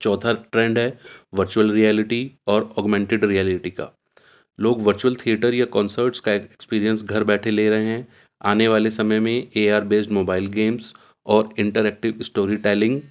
چوتھا ٹرینڈ ہے virtual reality اور آگمنٹیڈ ریئلٹی کا لوگ ورچوئل تھیٹر یا کانسرٹس کا ایکسپریئنس گھر بیٹھے لے رہے ہیں آنے والے سمے میں A R based mobile games اور انٹر ایکٹیو اسٹوری ٹیلنگ